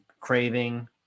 craving